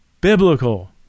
biblical